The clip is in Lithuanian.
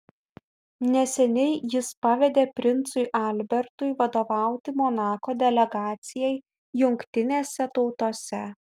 neseniai jis pavedė princui albertui vadovauti monako delegacijai jungtinėse tautose